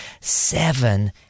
seven